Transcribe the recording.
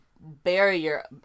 barrier